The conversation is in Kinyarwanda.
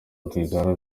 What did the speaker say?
rwigara